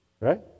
Right